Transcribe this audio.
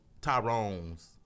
Tyrone's